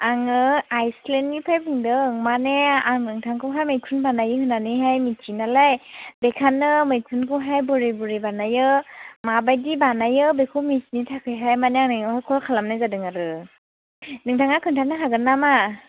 आङो आइसलेननिफ्राय बुंदों मानि आं नोंथांखौहाय मैखुन बानायो होननानैहाय मिथियो नालाय बेखायनो मैखुनखौहाय बोरै बोरै बानायो माबायदि बानायो बेखौ मिनथिनो थाखायहाय मानि आं नोंनावहाय खल खालामनाय जादों आरो नोंथाङा खोन्थानो हागोन नामा